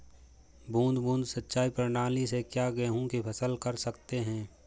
बूंद बूंद सिंचाई प्रणाली से क्या गेहूँ की फसल कर सकते हैं?